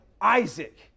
Isaac